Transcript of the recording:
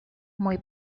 muy